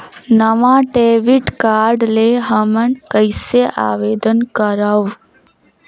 नवा debit card ले हमन कइसे आवेदन करंव?